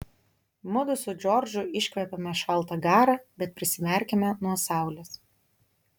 mudu su džordžu iškvepiame šaltą garą bet prisimerkiame nuo saulės